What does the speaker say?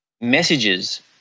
messages